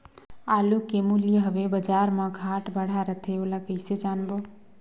आलू के मूल्य हवे बजार मा घाट बढ़ा रथे ओला कइसे जानबो?